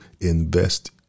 invest